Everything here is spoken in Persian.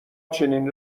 چنین